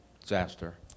disaster